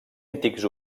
antics